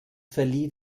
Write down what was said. verlieh